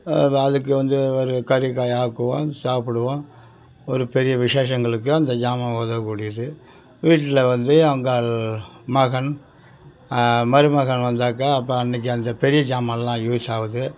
அதுக்கு வந்து ஒரு கறிகாய் ஆக்குவோம் சாப்பிடுவோம் ஒரு பெரிய விசேஷங்களுக்கு அந்த ஜாமான் உதவக்கூடியது வீட்டில் வந்து அவங்கள் மகன் மருமகன் வந்தாக்கா அப்போ அன்னைக்கு அந்த பெரிய சாமான்லாம் யூஸாகுது